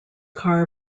car